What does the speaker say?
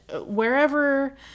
wherever